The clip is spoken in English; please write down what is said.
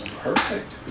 Perfect